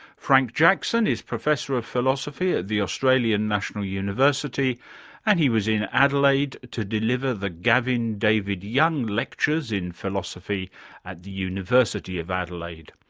frank jackson is professor of philosophy at the australian national university and he was in adelaide to deliver the gavin david young lectures in philosophy at the university of adelaide.